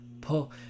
pull